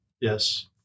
Yes